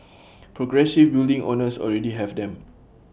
progressive building owners already have them